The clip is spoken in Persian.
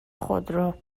خودرو